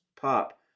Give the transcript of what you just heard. Pop